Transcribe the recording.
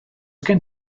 gen